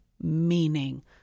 meaning